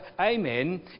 amen